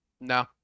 No